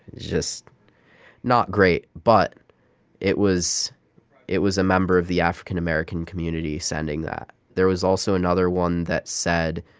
just not great. but it was it was a member of the african american community sending that. there was also another one that said